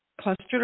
clustered